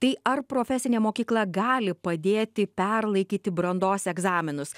tai ar profesinė mokykla gali padėti perlaikyti brandos egzaminus